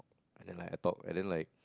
like a talk and then like